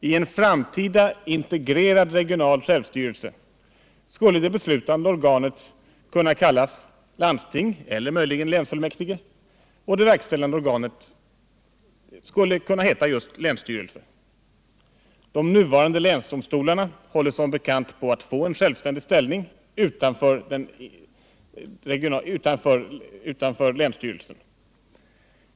I en framtida, integrerad regional självstyrelse skulle det beslutande organet kunna kallas landsting eller möjligen länsfullmäktige och det verkställande organet skulle kunna heta just länsstyrelse. De nuvarande länsdomstolarna håller som bekant på att få en självständig ställning utanför länsstyrelsen.